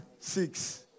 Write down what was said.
Six